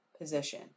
position